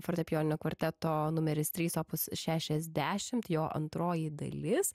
fortepijoninio kvarteto numeris trys opus šešiasdešimt jo antroji dalis